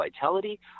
vitality